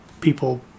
people